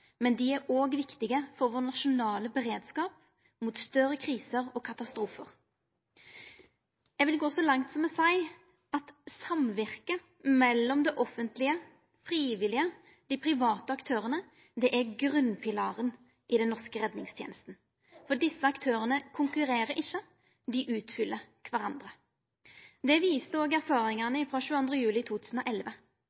men dei er òg viktige for vår nasjonale beredskap mot større kriser og katastrofar. Eg vil gå så langt som til å seia at samvirket mellom det offentlege, dei frivillige og dei private aktørane er grunnpilaren i den norske redningstenesta – for desse aktørane konkurrerer ikkje, dei utfyller kvarandre. Det viste